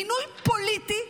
מינוי פוליטי,